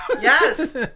Yes